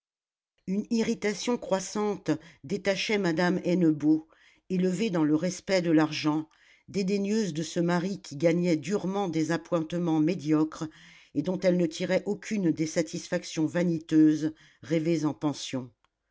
une irritation croissante détachait madame hennebeau élevée dans le respect de l'argent dédaigneuse de ce mari qui gagnait durement des appointements médiocres et dont elle ne tirait aucune des satisfactions vaniteuses rêvées en pension